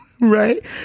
right